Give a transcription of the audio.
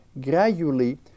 gradually